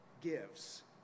gives